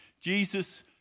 Jesus